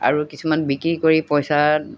আৰু কিছুমান বিক্ৰী কৰি পইচাত